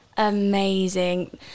amazing